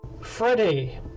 Freddy